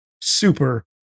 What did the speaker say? super